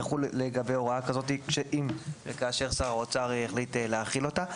יחול לגבי הוראה כזאת כאשר שר האוצר יחליט להחיל אותה.